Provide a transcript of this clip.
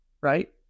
right